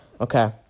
Okay